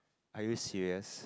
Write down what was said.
are you serious